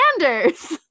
Sanders